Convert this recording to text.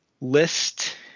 list